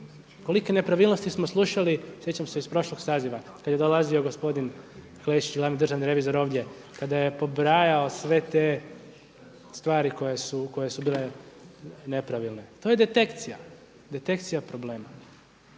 Kolike nepravilnosti smo slušali, sjećam se iz prošlog saziva, kada je dolazio gospodin Klešić glavni državni revizor ovdje kada je pobrajao sve te stvari koje su bile nepravilne. To je detekcija, detekcija problema.